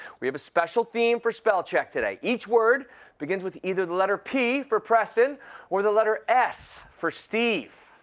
we have a special theme for spell check today. each word begins with either the letter p for preston or the letter s for steve.